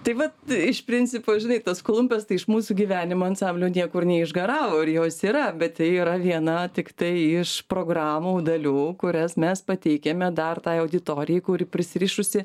tai vat iš principo žinai tos klumpės tai iš mūsų gyvenimo ansamblio niekur neišgaravo ir jos yra bet tai yra viena tiktai iš programų dalių kurias mes pateikiame dar tai auditorijai kuri prisirišusi